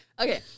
Okay